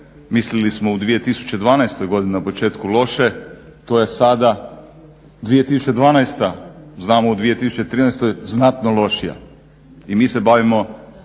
mislili smo u 2012. godini na početku loše to je sada 2012. Znamo u 2013. znatno lošija i mi se bavimo